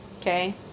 Okay